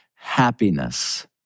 happiness